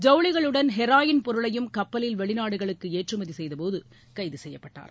ஜவுளிகளுடன் heroin பொருளையும் கப்பலில் வெளிநாடுகளுக்கு ஏற்றுமதி செய்தபோது கைது செய்யப்பட்டார்